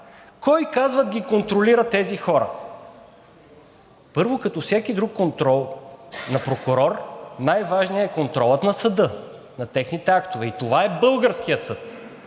Кой, казват, ги контролира тези хора? Първо, като всеки друг контрол на прокурор най-важният е контролът на съда, на техните актове. Това е българският съд.